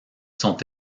sont